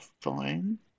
fine